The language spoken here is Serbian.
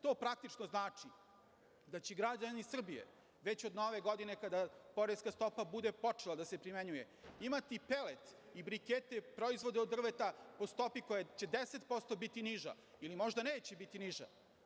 To praktično znači da će građani Srbije već od Nove godine, kada poreska stopa bude počela da se primenjuje, imati pelet i brikete, proizvode od drveta po stopi koja će 10% biti niža ili možda neće biti niža.